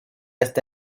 está